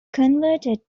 converted